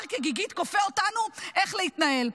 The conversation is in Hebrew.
הר כגיגית כופה עלינו איך להתנהל.